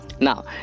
Now